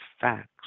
facts